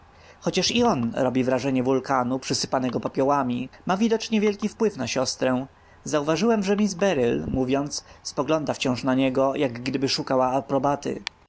chociaż i on robi wrażenie wulkanu przysypanego popiołami ma widocznie wielki wpływ na siostrę zauważyłem że miss beryl mówiąc spogląda wciąż na niego jak gdyby szukała aprobaty